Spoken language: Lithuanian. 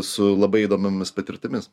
su labai įdomiomis patirtimis